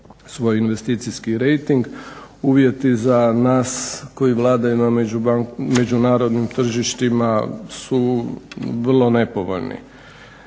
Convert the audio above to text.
svoj investicijskih rejting, uvjeti za nas koji vladaju na međunarodnim tržištima su vrlo nepovoljni.